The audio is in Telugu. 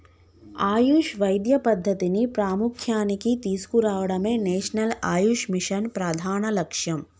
ఆయుష్ వైద్య పద్ధతిని ప్రాముఖ్య్యానికి తీసుకురావడమే నేషనల్ ఆయుష్ మిషన్ ప్రధాన లక్ష్యం